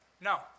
no